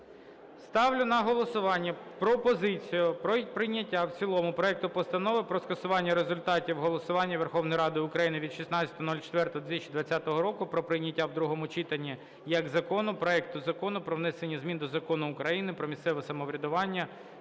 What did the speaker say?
Ставлю на голосування пропозицію про прийняття в цілому проекту Постанови про скасування результатів голосування Верховної Ради України від 16.04.2020 року про прийняття в другому читанні як закону проекту Закону про внесення змін до Закону України "Про місцеве самоврядування